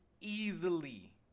easily